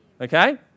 Okay